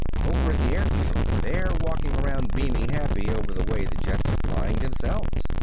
over at the airfield they're walking around beaming happy over the way the jets are flyin' themselves.